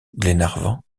glenarvan